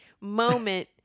moment